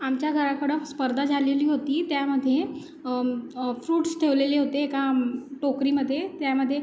आमच्या घराकडं स्पर्धा झालेली होती त्यामध्ये फ्रुट्स ठेवलेले होते एका टोकरीमध्ये त्यामध्ये